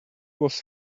was